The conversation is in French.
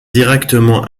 directement